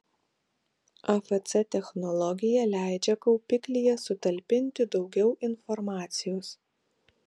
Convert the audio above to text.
afc technologija leidžia kaupiklyje sutalpinti daugiau informacijos